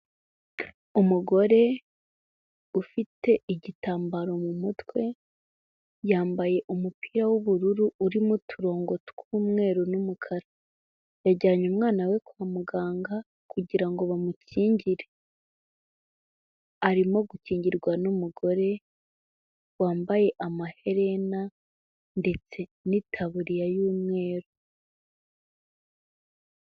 Umugore ufite igitambaro mu mutwe yambaye umupira w'ubururu urimo uturongo tw'umweru n'umukara, yajyanye umwana we kwa muganga kugira ngo bamukingire, arimo gukingirwa n'umugore wambaye amaherena ndetse n'itaburiya y'umweru.